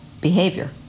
behavior